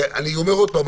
ואני אומר עוד פעם,